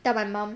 tell my mum